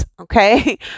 Okay